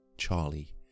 Charlie